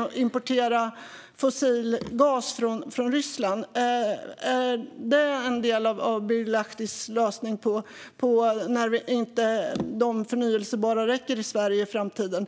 och importerar fossil gas från Ryssland. Är det en del av Birger Lahtis lösning när det förnybara inte räcker i Sverige i framtiden?